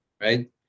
right